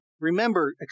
remember